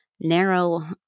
narrow